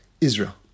Israel